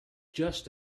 just